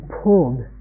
pulled